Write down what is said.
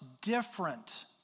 different